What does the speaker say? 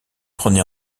prenait